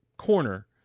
corner